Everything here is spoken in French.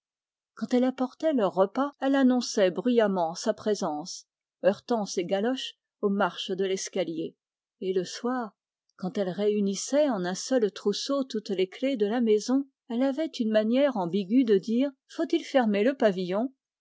quand elle apportait leurs repas elle annonçait bruyamment sa présence heurtant ses galoches aux marches de l'escalier et le soir quand elle réunissait en un seul trousseau toutes les clefs de la maison elle avait une manière ambiguë de dire faut-il fermer le pavillon